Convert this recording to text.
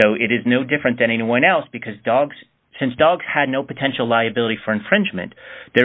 so it is no different than anyone else because dogs since dogs had no potential liability for infringement there